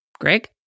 Greg